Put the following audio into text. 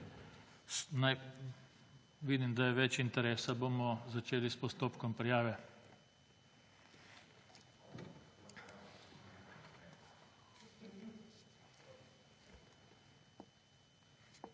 Vidim, da je več interesa. Bomo začeli s postopkom prijave.